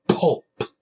pulp